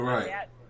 Right